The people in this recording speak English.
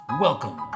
Welcome